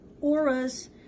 auras